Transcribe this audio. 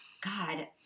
God